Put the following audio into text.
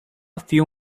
few